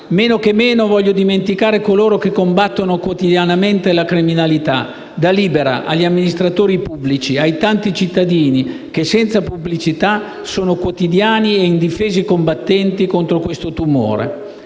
Men che meno voglio dimenticare coloro che combattono quotidianamente la criminalità, dall'associazione Libera agli amministratori pubblici, ai tanti cittadini che senza pubblicità sono quotidiani e indifesi combattenti contro questo tumore.